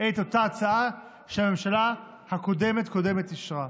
את אותה הצעה שהממשלה הקודמת-קודמת אישרה.